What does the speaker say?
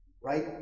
right